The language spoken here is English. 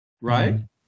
Right